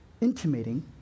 intimating